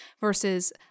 versus